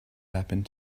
happened